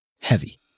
heavy